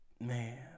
Man